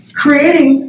creating